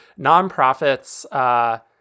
nonprofits